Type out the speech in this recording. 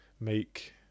make